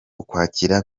ukwakira